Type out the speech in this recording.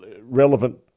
relevant